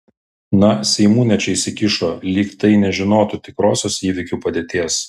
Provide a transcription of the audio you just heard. na seimūnė čia įsikišo lyg tai nežinotų tikrosios įvykių padėties